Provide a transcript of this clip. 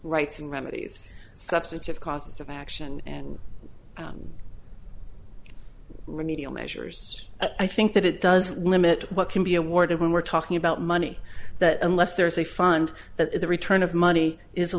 rights and remedies substantive causes of action and remedial measures i think that it does limit what can be awarded when we're talking about money that unless there is a fund that the return of money is a